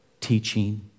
teaching